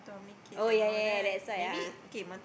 oh ya ya ya that's why ah